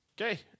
Okay